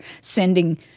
sending